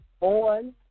on